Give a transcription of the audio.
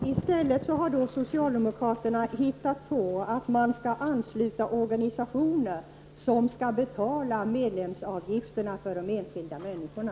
Herr talman! I stället har socialdemokraterna hittat på att man skall ansluta organisationer som skall betala medlemsavgifterna för de enskilda människorna.